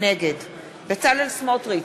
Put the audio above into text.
נגד בצלאל סמוטריץ,